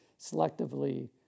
selectively